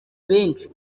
benshi